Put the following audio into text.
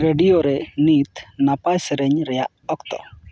ᱨᱮᱰᱤᱭᱳᱨᱮ ᱱᱤᱛ ᱱᱟᱯᱟᱭ ᱥᱮᱨᱮᱧ ᱨᱮᱭᱟᱜ ᱚᱠᱛᱚ